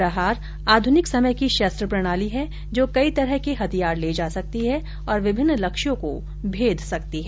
प्रहार आध्रनिक समय की शस्त्र प्रणाली है जो कई तरह के हथियार ले जा सकती है और विभिन्न लक्ष्यों को भेद सकती है